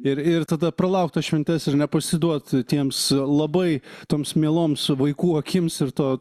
ir ir tada pralaukt tas šventes ir nepasiduot tiems labai toms mieloms vaikų akims ir to